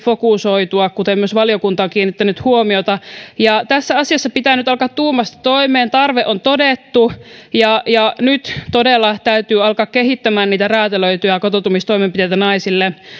fokusoitua kuten myös valiokunta on kiinnittänyt huomiota tässä asiassa pitää nyt alkaa tuumasta toimeen tarve on todettu ja ja nyt todella täytyy alkaa kehittämään räätälöityjä kotoutumistoimenpiteitä naisille